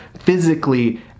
physically